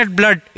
blood